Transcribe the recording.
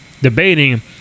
debating